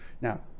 Now